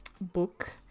book